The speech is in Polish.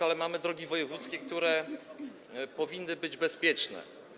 Ale mamy drogi wojewódzkie, które powinny być bezpieczne.